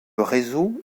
réseau